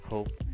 hope